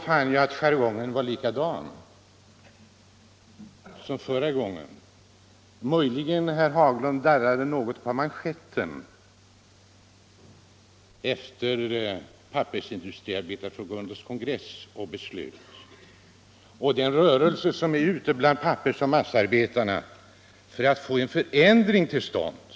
Möjligen darrade herr Haglund något på manschetten efter Pappersindustriarbetareförbundets kongress och det beslut den fattade och med anledning av den rörelse som är i gång ute bland pappersoch massaarbetarna för att få en förändring till stånd.